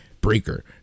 Breaker